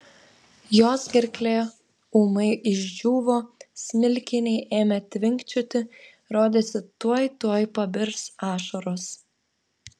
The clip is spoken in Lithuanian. jos gerklė ūmai išdžiūvo smilkiniai ėmė tvinkčioti rodėsi tuoj tuoj pabirs ašaros